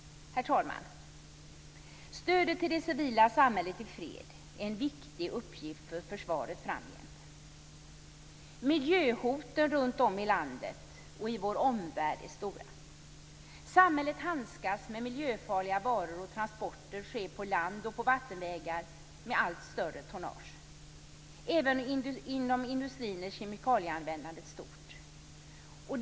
Herr talman! Stödet till det civila samhället i fred är en viktig uppgift för försvaret framgent. Miljöhoten runtom i landet och i vår omvärld är stora. Samhället handskas med miljöfarliga varor, och transporter sker på land och på vattenvägar med allt större tonnage. Även inom industrin är kemikalieanvändandet stort.